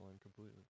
completely